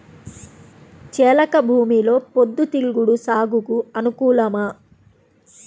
చెలక భూమిలో పొద్దు తిరుగుడు సాగుకు అనుకూలమా?